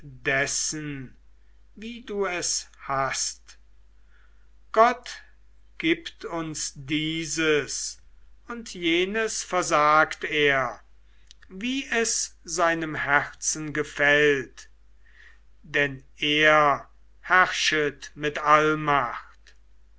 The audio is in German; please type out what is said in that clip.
dessen wie du es hast gott gibt uns dieses und jenes versagt er wie es seinem herzen gefällt denn er herrschet mit allmacht